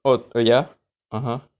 oh uh ya (uh huh)